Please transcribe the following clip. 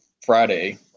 Friday